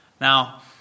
Now